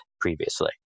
previously